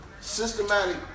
systematic